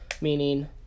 meaning